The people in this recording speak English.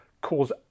cause